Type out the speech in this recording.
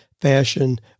fashion